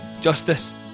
justice